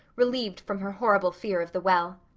relieved from her horrible fear of the well.